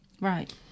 right